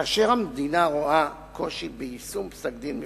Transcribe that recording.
כאשר המדינה רואה קושי ביישום פסק-דין מסוים,